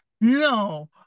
No